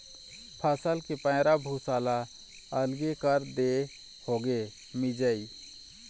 फसल के पैरा भूसा ल अलगे कर देए होगे मिंजई